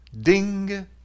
ding